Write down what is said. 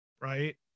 Right